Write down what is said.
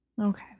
Okay